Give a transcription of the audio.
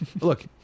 Look